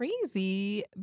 crazy